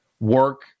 work